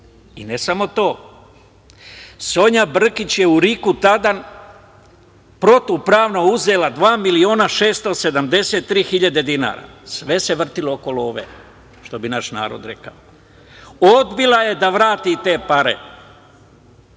I ne samo to. Sonja Brkić je u RIK tada protivpravno uzela 2 miliona i 673 hiljade dinara i sve se vrtelo oko love, što bi naš narod rekao. Odbila je da vrati te pare.